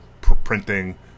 printing